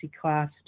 class